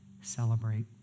celebrate